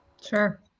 Sure